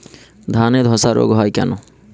ধানে ধসা রোগ কেন হয়?